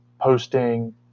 posting